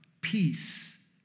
peace